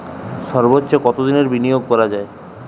সর্বোচ্চ কতোদিনের বিনিয়োগ করা যায়?